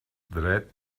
dret